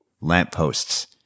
lampposts